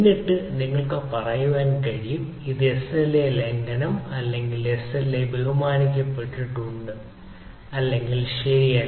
എന്നിട്ട് നിങ്ങൾക്ക് പറയാൻ കഴിയും ഇത് SLA ലംഘനം അല്ലെങ്കിൽ SLA ബഹുമാനിക്കപ്പെട്ടിട്ടുണ്ട് അല്ലെങ്കിൽ ശരിയല്ല